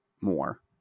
more